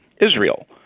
Israel